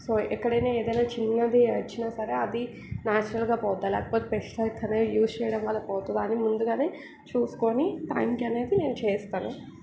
so ఎక్కడైనా ఏదైనా చిన్నది వచ్చినా సరే అది నేచురల్గా పోద్దా లేకపోతే పెస్టిసైడ్స్ అనేవి యూజ్ చేయడం వల్ల పోతుందా అని ముందుగానే చూసుకుని టైమ్కి అనేది నేను చేస్తాను